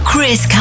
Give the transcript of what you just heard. Chris